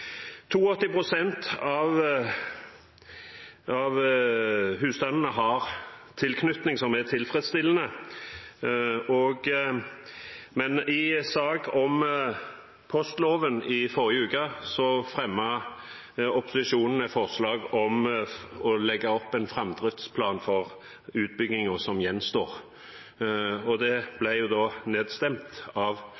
av husstandene har en tilknytning som er tilfredsstillende, men i saken om postloven i forrige uke fremmet opposisjonen et forslag om å legge opp en framdriftsplan for utbyggingen som gjenstår. Det ble nedstemt av posisjonen, slik det